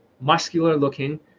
muscular-looking